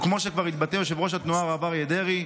וכמו שכבר התבטא יושב-ראש התנועה הרב אריה דרעי,